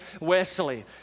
Wesley